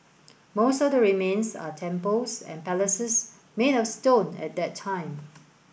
most of the remains are temples and palaces made of stone at that time